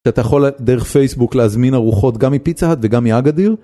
אתה יכול דרך פייסבוק להזמין ארוחות גם מפיצה האט וגם מאגדיר.